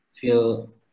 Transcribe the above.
feel